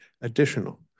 additional